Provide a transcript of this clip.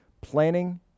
planning